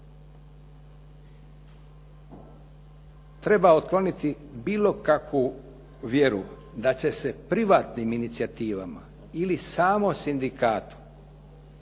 Treba otkloniti bilo kakvu vjeru da će se privatnim inicijativama ili samo sindikatu